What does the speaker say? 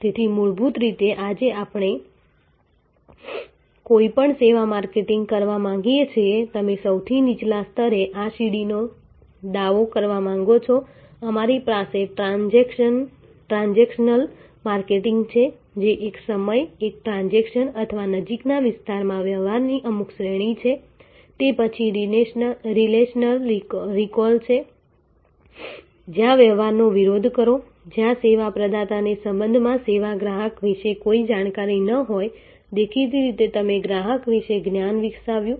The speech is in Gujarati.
તેથી મૂળભૂત રીતે આજે આપણે કોઈપણ સેવા માર્કેટિંગ કરવા માંગીએ છીએ તમે સૌથી નીચલા સ્તરે આ સીડીનો દાવો કરવા માંગો છો અમારી પાસે ટ્રાન્ઝેક્શનલ માર્કેટિંગ છે જે એક સમય એક ટ્રાન્ઝેક્શન અથવા નજીકના વિસ્તારમાં વ્યવહારની અમુક શ્રેણી છે તે પછી રિલેશનલ રિકોલ છે જ્યાં વ્યવહારનો વિરોધ કરો જ્યાં સેવા પ્રદાતાને સંબંધમાં સેવા ગ્રાહક વિશે કોઈ જાણકારી ન હોય દેખીતી રીતે તમે ગ્રાહક વિશે જ્ઞાન વિકસાવ્યું છે